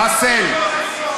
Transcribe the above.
באסל,